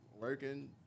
Working